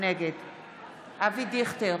נגד אבי דיכטר,